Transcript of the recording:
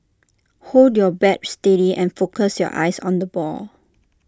hold your bat steady and focus your eyes on the ball